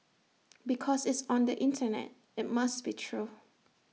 because it's on the Internet IT must be true